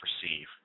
perceive